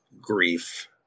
grief